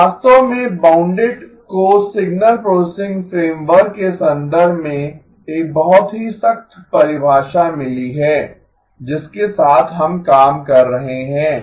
तो वास्तव में बाउंडेड को सिग्नल प्रोसेसिंग फ्रेमवर्क के संदर्भ में एक बहुत ही सख्त परिभाषा मिली है जिसके साथ हम काम कर रहे हैं